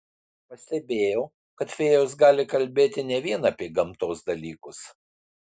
pastebėjau kad fėjos gali kalbėti ne vien apie gamtos dalykus